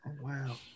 Wow